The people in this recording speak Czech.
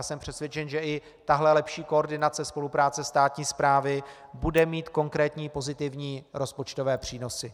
Jsem přesvědčen, že i tato lepší koordinace spolupráce státní správy bude mít konkrétní pozitivní rozpočtové přínosy.